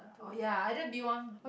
oh ya either B-one